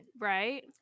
Right